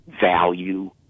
value